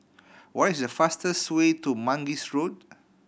what is the fastest way to Mangis Road